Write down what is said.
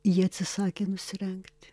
ji atsisakė nusirengti